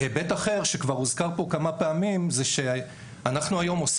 אני שמחה להיות במכללה שבה הנושא הזה הוא נושא שקיים ומוביל.